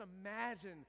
imagine